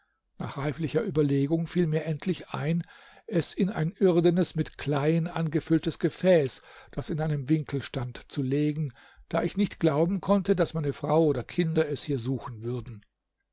nach reiflicher überlegung fiel mir endlich ein es in ein irdenes mit kleien angefülltes gefäß das in einem winkel stand zu legen da ich nicht glauben konnte daß meine frau oder kinder es hier suchen würden